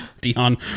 Dion